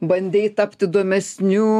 bandei tapt įdomesniu